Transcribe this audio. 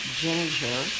ginger